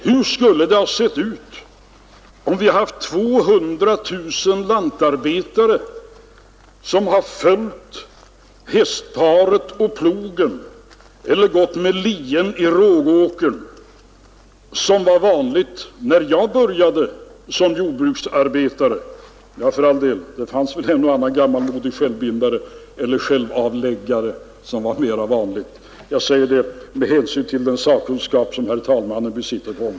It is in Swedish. Hur skulle det ha sett ut, om vi hade haft 200 000 lantarbetare som hade gått efter hästarna och plogen eller gått med lien i rågåkern, som var vanligt när jag började som jordbruksarbetare? Ja, det fanns väl för all del en och annan gammalmodig självbindare eller självavläggare, det sista var mera vanligt. Jag säger detta med hänsyn till herr talmannens sakkunskap på området.